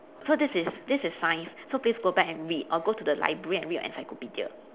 so this is this is science so please got back and read or go to the library and read your encyclopedia